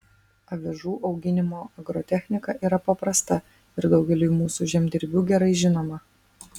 avižų auginimo agrotechnika yra paprasta ir daugeliui mūsų žemdirbių gerai žinoma